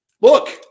Look